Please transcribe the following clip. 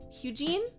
Eugene